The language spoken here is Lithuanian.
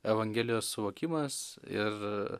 evangelijos suvokimas ir